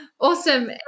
Awesome